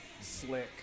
slick